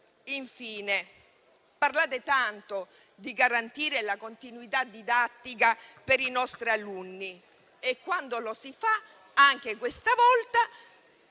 Infine, parlate tanto di garantire la continuità didattica per i nostri alunni e anche questa volta,